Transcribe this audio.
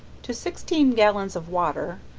to sixteen gallons of water,